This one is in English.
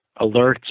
alerts